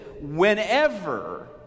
whenever